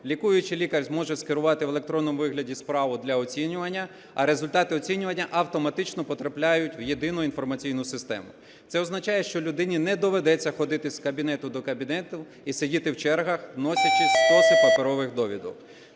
Лікуючий лікар зможе скерувати в електронному вигляді справу для оцінювання, а результати оцінювання автоматично потрапляють в Єдину інформаційну систему. Це означає, що людині не доведеться ходити з кабінету до кабінету і сидіти в чергах, носячи стоси паперових довідок.